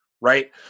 right